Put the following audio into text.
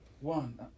One